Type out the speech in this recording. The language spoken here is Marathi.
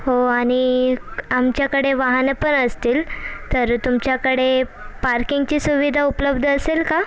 हो आणि आमच्याकडे वाहनं पण असतील तर तुमच्याकडे पार्किंगची सुविधा उपलब्ध असेल का